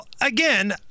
again